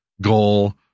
goal